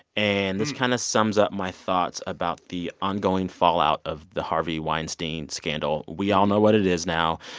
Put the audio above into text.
and this kind of sums up my thoughts about the ongoing fallout of the harvey weinstein scandal. we all know what it is now.